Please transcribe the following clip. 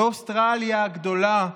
באוסטרליה הגדולה,